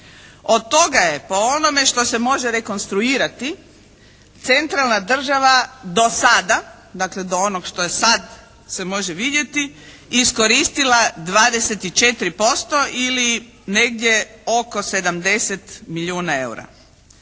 Od toga je po onome što se može rekonstruirati centralna država do sada, dakle do onog što sad se može vidjeti, iskoristila 24% ili negdje oko 70 milijuna eura.